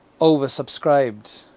oversubscribed